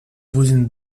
within